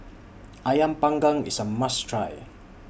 Ayam Panggang IS A must Try